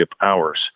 hours